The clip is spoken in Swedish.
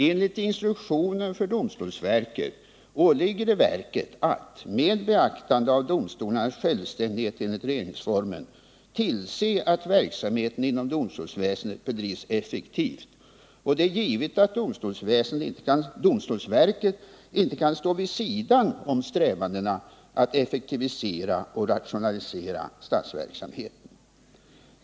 Enligt instruktionen för domstolsverket åligger det verket att, med beaktande av domstolarnas självständighet enligt regeringsformen, tillse att verksamheten inom domstolsväsendet bedrivs effektivt. Det är givet att domstolsverket inte kan stå vid sidan om strävandena att effektivisera och rationalisera statsverksamheten.